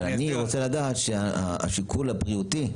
אבל אני רוצה לדעת שהשיקול הבריאותי,